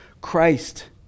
Christ